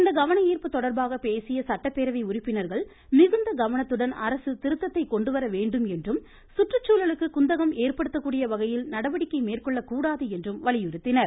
இந்த கவனஈா்ப்பு தொடா்பாக பேசிய சட்டப்பேரவை உறுப்பினர்கள் மிகுந்த கவனத்துடன் அரசு திருத்தத்தை கொண்டு வரவேண்டும் என்றும் சுற்றுச்சூழலுக்கு குந்தகம் ஏற்படுத்தக்கூடிய வகையில் நடவடிக்கை மேற்கொள்ளக்கூடாது என்றும் வலியுறுத்தினர்